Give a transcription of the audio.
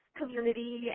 community